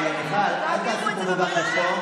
אלקין, הוא קרא לכולם, הם לא היו פה, מה אתה רוצה?